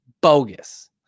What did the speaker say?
Bogus